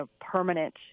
permanent